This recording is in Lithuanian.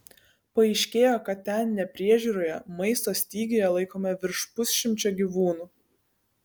paaiškėjo kad ten nepriežiūroje maisto stygiuje laikomi virš pusšimčio gyvūnų